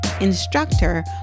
instructor